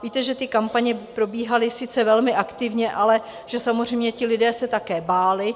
Víte, že kampaně probíhaly sice velmi aktivně, ale samozřejmě se lidé také báli.